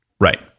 right